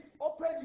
open